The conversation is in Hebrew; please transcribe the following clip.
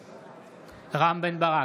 בעד רם בן ברק,